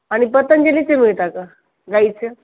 आणि पतंजलीचे मिळत का गाईचं